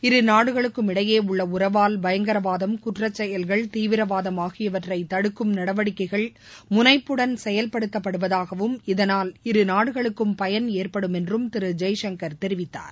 இருநாடுகளுக்கும் இடையே உள்ள உறவால் பயங்கரவாதம் குற்றச்செயல்கள் தீவிரவாதம் முனைப்புடன் செயல்படுத்தப்படுவதாகவும் இதனால் இருநாடுகளுக்கும் பயன் ஏற்படும் என்றும் திரு ஜெய்சங்கர் தெரிவித்தார்